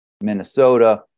Minnesota